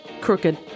Crooked